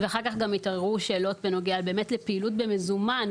ואחר כך גם התעוררו שאלות בנוגע לבאמת פעילות במזומן.